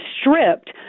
stripped